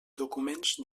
documents